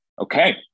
Okay